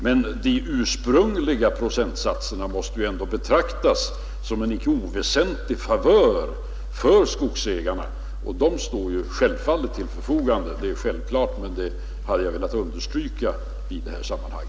Men de ursprungliga procentsatserna måste ändå betraktas som en icke oväsentlig favör för skogsägarna och de står självfallet till förfogande. Det är självklart, men jag har velat understryka det i detta sammanhang.